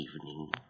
evening